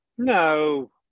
No